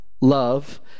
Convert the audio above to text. love